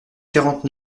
quarante